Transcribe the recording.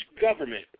government